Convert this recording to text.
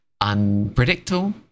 Unpredictable